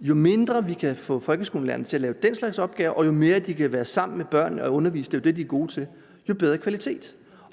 Jo mere vi kan få folkeskolelærerne til ikke at skulle lave den slags opgaver, og jo mere de kan være sammen med børnene og undervise – det er jo det, de er gode til – jo bedre.